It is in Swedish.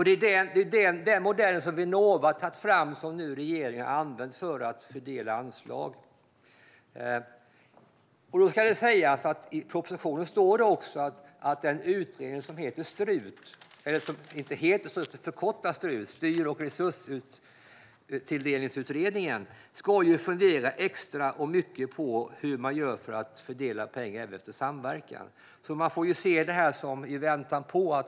Det är den modell som Vinnova tagit fram som regeringen nu använt för att fördela anslag. I propositionen står det också om att den utredning som förkortas Strut, Styr och resursutredningen, ska fundera extra och mycket på hur man gör för att fördela pengar även efter samverkan. Man får se detta som i väntan på.